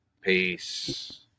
Peace